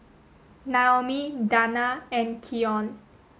Naomi Danna and Keyon